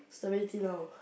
strawberry tea now